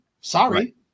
Sorry